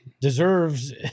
deserves